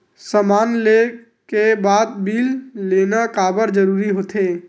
समान ले के बाद बिल लेना काबर जरूरी होथे?